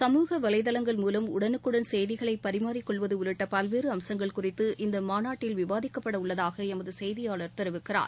சமூக வலைதளங்கள் மூலம் உடலுக்குடன் செய்திகளை பரிமாறிக் கொள்வது உள்ளிட்ட பல்வேறு அம்சங்கள் குறித்து இந்த மாநாட்டில் விவாதிக்கப்பட உள்ளதாக எமது செய்தியாளர் தெரிவிக்கிறார்